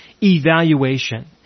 evaluation